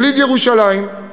יליד ירושלים,